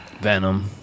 Venom